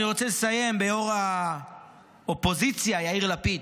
אני רוצה לסיים בראש האופוזיציה יאיר לפיד,